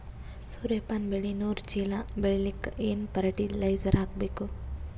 ಸೂರ್ಯಪಾನ ಬೆಳಿ ನೂರು ಚೀಳ ಬೆಳೆಲಿಕ ಏನ ಫರಟಿಲೈಜರ ಹಾಕಬೇಕು?